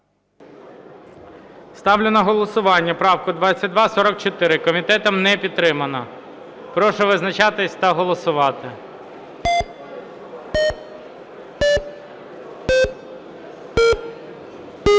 Ставлю на голосування правку 2244. Комітетом не підтримана. Прошу визначатися та голосувати. 12:59:03 За-120